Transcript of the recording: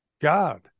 God